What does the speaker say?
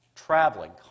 traveling